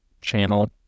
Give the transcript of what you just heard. channel